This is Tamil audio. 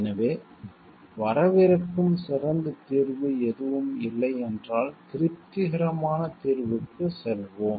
எனவே வரவிருக்கும் சிறந்த தீர்வு எதுவும் இல்லை என்றால் திருப்திகரமான தீர்வுக்கு செல்வோம்